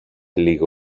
λίγο